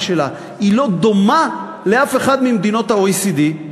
שלה לא דומה לאף אחת ממדינות ה-OECD.